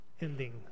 ending